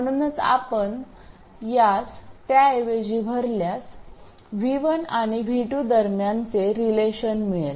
म्हणूनच आपण यास त्याऐवजी भरल्यास v1 आणि v2 दरम्यानचे रिलेशन मिळेल